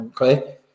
Okay